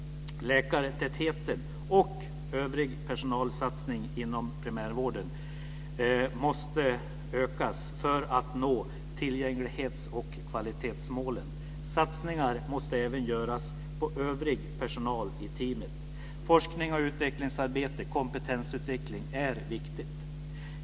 Läkartätheten och övrig personalsatsning inom primärvården måste öka för att man ska nå tillgänglighets och kvalitetsmålen. Satsningar måste även göras på övrig personal i teamet. Forsknings och utvecklingsarbete och kompetensutveckling är viktigt.